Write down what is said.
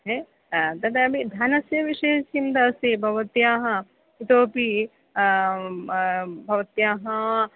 ह तदपि धनस्य विषये चिन्ता अस्ति भवत्याः इतोपि भवत्याः